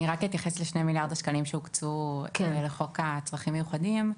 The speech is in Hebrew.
אני רק אתייחס לשני מיליארד השקלים שהוקצו לחוק צרכים מיוחדים.